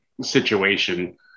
situation